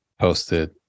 posted